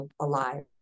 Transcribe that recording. alive